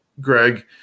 Greg